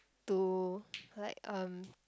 to like um